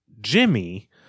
Jimmy